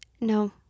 No